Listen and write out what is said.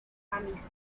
amistosos